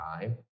time